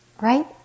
right